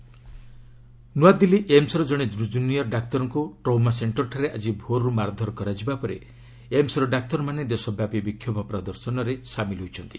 AIIMS doctor ନୂଆଦିଲ୍ଲୀ ଏମ୍ସ୍ର କଣେ ଜୁନିୟର୍ ଡାକ୍ତରଙ୍କୁ ଟ୍ରୌମା ସେଣ୍ଟରଠାରେ ଆଜି ଭୋର୍ରୁ ମାରଧର କରାଯିବା ପରେ ଏମସ୍ର ଡାକ୍ତରମାନେ ଦେଶବ୍ୟାପୀ ବିକ୍ଷୋଭ ପ୍ରଦର୍ଶନରେ ସାମିଲ ହୋଇଛନ୍ତି